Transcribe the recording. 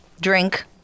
drink